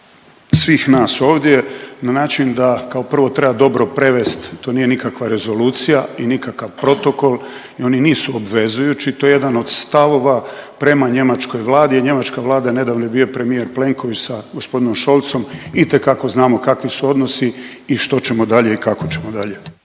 svih nas ovdje na način da kao prvo treba dobro prevesti to nije nikakva rezolucija i nikakav protokol i oni nisu obvezujući, to je jedan od stavova prema njemačkoj vladi jer njemačka vlada, nedavno je bio premijer Plenković sa gospodinom Scholzom itekako znamo kakvi su odnosi i što ćemo dalje i kao ćemo dalje.